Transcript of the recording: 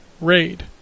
Raid